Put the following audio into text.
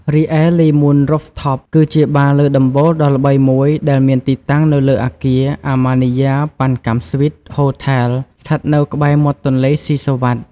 រីឯ លេ មូន រូហ្វថប (Le Moon Rooftop) គឺជាបារលើដំបូលដ៏ល្បីមួយ ដែលមានទីតាំងនៅលើអគារ អាម៉ានីយ៉ា ប៉ាន់កាំ ស៊្វីត ហូថេល (Amanjaya Pancam Suites Hotel) ស្ថិតនៅក្បែរមាត់ទន្លេសុីសុវត្ថិ។